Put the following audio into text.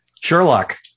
Sherlock